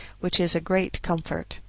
which is a great comfort.